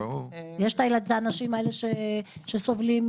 יש האנשים האלה שסובלים,